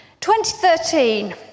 2013